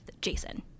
Jason